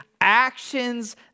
actions